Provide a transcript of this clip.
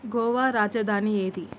గోవా రాజధాని ఏది